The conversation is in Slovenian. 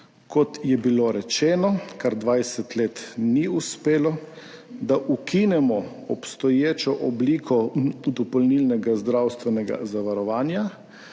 kot je bilo rečeno, kar 20 let ni uspelo, da ukinemo obstoječo obliko dopolnilnega zdravstvenega zavarovanja,